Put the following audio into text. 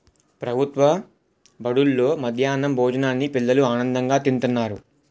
ప్రభుత్వ బడుల్లో మధ్యాహ్నం భోజనాన్ని పిల్లలు ఆనందంగా తింతన్నారు